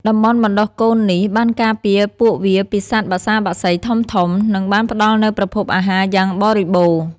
តំបន់បណ្តុះកូននេះបានការពារពួកវាពីសត្វមំសាសីធំៗ និងបានផ្តល់នូវប្រភពអាហារយ៉ាងបរិបូរណ៍។